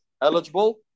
eligible